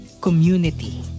community